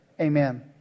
Amen